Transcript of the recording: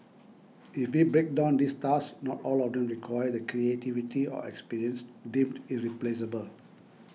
if we break down these tasks not all of them require the creativity or experience deemed irreplaceable